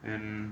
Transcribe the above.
and